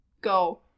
go